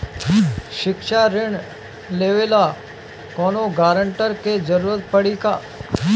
शिक्षा ऋण लेवेला कौनों गारंटर के जरुरत पड़ी का?